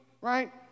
right